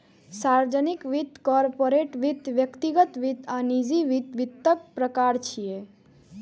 सार्वजनिक वित्त, कॉरपोरेट वित्त, व्यक्तिगत वित्त आ निजी वित्त वित्तक प्रकार छियै